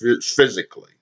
physically